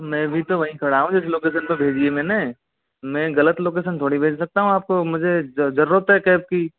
मैं भी तो वहीं खड़ा हूँ जिस लोकेशन पे भेजी है मैं गलत लोकेशन थोड़ी भेज सकता हूँ आपको मुझे ज़रूरत है कैब की